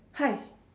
hi